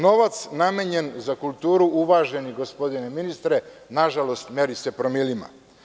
Novac namenjen za kulturu, uvaženi gospodine ministre, nažalost meri se promilima.